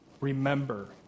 remember